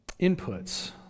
inputs